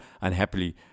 unhappily